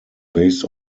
based